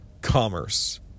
commerce